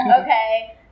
okay